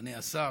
אדוני השר.